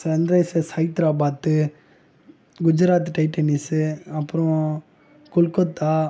Sunrisers Hyderabad Gujarat titans அப்புறம் கொல்கத்தா